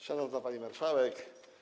Szanowna Pani Marszałek!